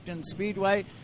Speedway